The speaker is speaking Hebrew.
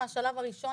מהשלב הראשון,